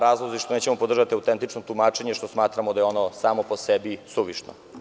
Razlozi zašto nećemo podržati autentično tumačenje što smatramo da je ono samo po sebi suvišno.